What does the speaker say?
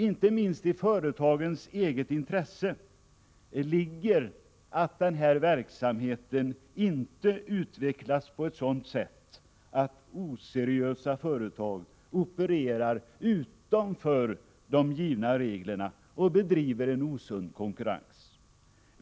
Inte minst i företagens eget intresse ligger att denna verksamhet inte utvecklas på ett sådant sätt att oseriösa företag opererar utanför de givna reglerna och bedriver en osund konkurrens.